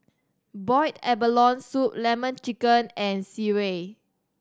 boiled abalone soup Lemon Chicken and sireh